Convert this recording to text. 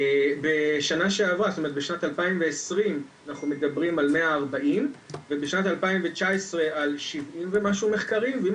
בשנת 2020 אנחנו מדברים על 140 ובשנת 2019 על 70 ומשהו מחקרים ואם